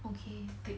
okay